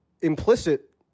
implicit